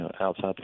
outside